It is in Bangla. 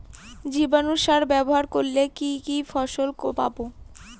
জীবাণু সার ব্যাবহার করলে কি কি ফল পাবো?